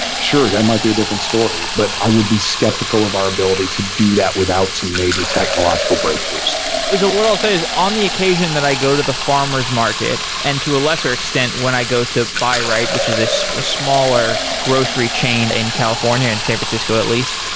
sure, that might be a different story, but i would be skeptical of our ability to do that without some major technological breakthroughs what what i'll say is on the occasion that i go to the farmer s market, and to a lesser extent when i go to buy right, which is is a smaller grocery chain in california, in san francisco at least,